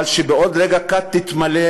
אבל שבעוד רגע קט תתמלא